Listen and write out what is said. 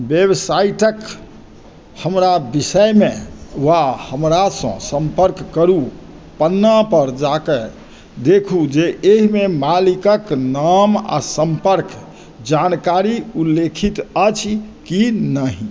वेबसाइटक हमरा विषयमे वा हमरासँ सम्पर्क करू पन्ना पर जा कय देखू जे एहिमे मालिकक नाम आ सम्पर्क जानकारी उल्लेखित अछि कि नहि